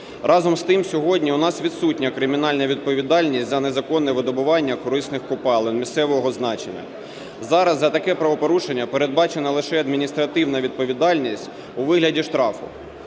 Разом з тим, сьогодні у нас відсутня кримінальна відповідальність за незаконне видобування корисних копалин місцевого значення. Зараз за таке правопорушення передбачена лише адміністративна відповідальність у вигляді штрафу.